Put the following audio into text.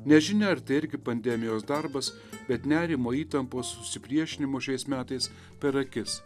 nežinia ar tai irgi pandemijos darbas bet nerimo įtampos susipriešinimo šiais metais per akis